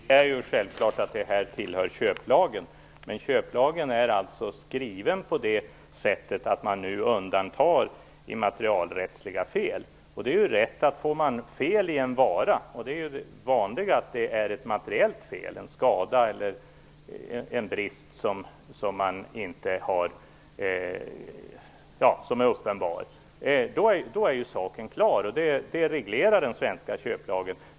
Herr talman! Det är självklart att det här tillhör köplagen, men köplagen är alltså skriven på det sättet att man undantar immaterialrättsliga fel. Det är ju riktigt att får man fel i en vara - och det vanliga är ju att det är ett materiellt fel, en skada eller en brist som är uppenbar - är ju saken klar; det reglerar den svenska köplagen.